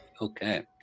okay